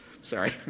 Sorry